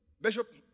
Bishop